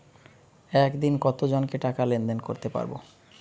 একদিন কত জনকে টাকা লেনদেন করতে পারবো?